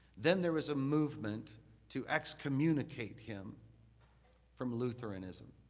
then there was a movement to excommunicate him from lutheranism